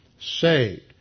saved